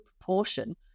proportion